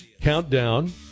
countdown